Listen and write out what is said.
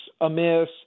amiss